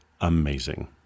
amazing